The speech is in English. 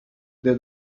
they